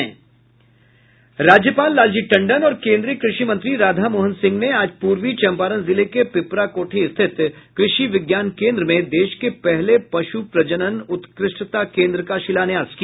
राज्यपाल लालजी टंडन और केन्द्रीय कृषि मंत्री राधामोहन सिंह ने आज पूर्वी चंपारण जिले के पिपराकोठी स्थित कृषि विज्ञान केन्द्र में देश के पहले पशु प्रजनन उत्कृष्टता केन्द्र का शिलान्यास किया